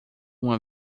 uma